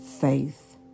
faith